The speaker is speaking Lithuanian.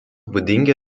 būdingi